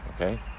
Okay